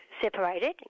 separated